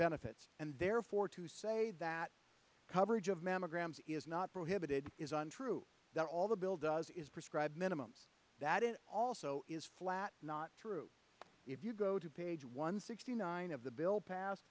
benefits and therefore to say that coverage of mammograms is not prohibited is untrue that all the bill does is prescribe minimum that it also is flat not true if you go to page one sixty nine of the bill passed